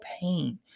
pain